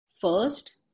first